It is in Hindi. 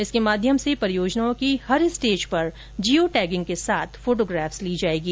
इसके माध्यम से परियोजनाओं की हर स्टेज पर जिओ टैगिंग के साथ फोटोग्राफ्स ली जाएगी